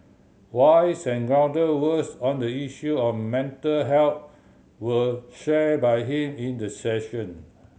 wise and grounded words on the issue of mental health were shared by him in the session